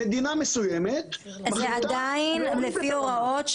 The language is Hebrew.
מדינה מסוימת --- זה עדיין לפי הוראות,